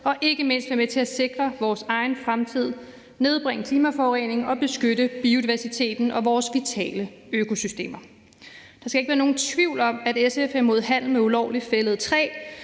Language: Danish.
og ikke mindst være med til at sikre vores egen fremtid, nedbringe klimaforureningen og beskytte biodiversiteten og vores vitale økosystemer. Der skal ikke være nogen tvivl om, at SF er imod handel med ulovligt fældet